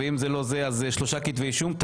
ואם זה לא זה אז שלושה כתבי אישום,